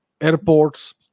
airports